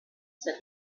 said